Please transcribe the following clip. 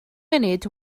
munud